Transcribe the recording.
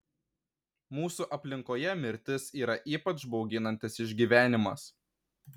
mūsų aplinkoje mirtis yra ypač bauginantis išgyvenimas